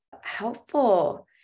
helpful